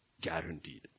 guaranteed